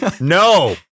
no